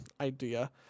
idea